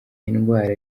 indwara